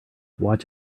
watch